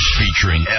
featuring